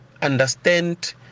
understand